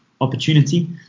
opportunity